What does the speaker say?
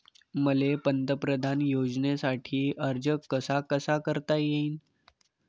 मले पंतप्रधान योजनेसाठी अर्ज कसा कसा करता येईन?